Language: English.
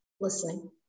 listening